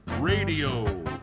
Radio